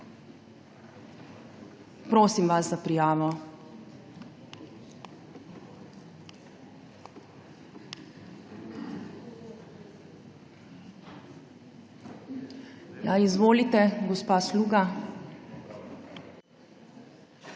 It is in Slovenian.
Prosim za prijave. Izvolite, gospa Sluga.